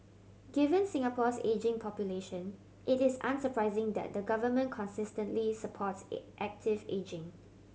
given Singapore's ageing population it is unsurprising that the government consistently supports active ageing